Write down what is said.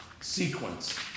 sequence